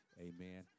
Amen